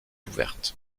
ouverte